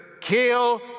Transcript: kill